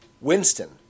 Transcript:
Winston